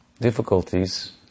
Difficulties